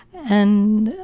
and,